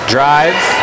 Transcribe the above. Drives